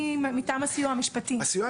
אני מטעם הסיוע המשפטי.